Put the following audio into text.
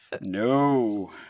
No